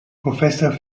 professor